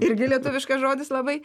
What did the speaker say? irgi lietuviškas žodis labai